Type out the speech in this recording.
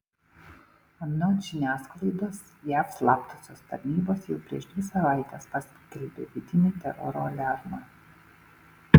anot žiniasklaidos jav slaptosios tarnybos jau prieš dvi savaites paskelbė vidinį teroro aliarmą